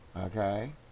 Okay